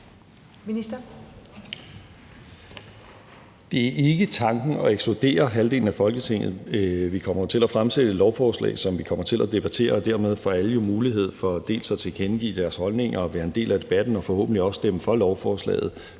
Det er ikke tanken at ekskludere halvdelen af Folketinget. Vi kommer til at fremsætte et lovforslag, som vi kommer til at debattere, og dermed får alle jo mulighed for at tilkendegive deres holdninger, være en del af debatten og forhåbentlig også stemme for lovforslaget.